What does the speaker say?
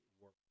work